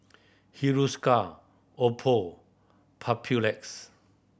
Hiruscar Oppo Papulex